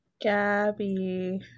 Gabby